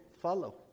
follow